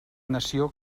nació